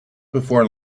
before